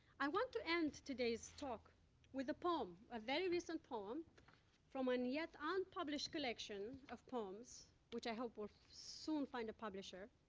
i want to end today's talk with a poem a very recent poem from a and yet ah unpublished collection of poems, which i hope will soon find a publisher.